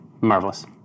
Marvelous